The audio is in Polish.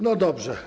No dobrze.